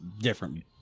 different